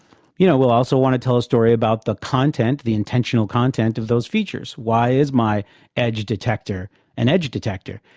you know, we'll also want to tell a story about the content, the intentional content, of those features. why is my edge detector an edge detector?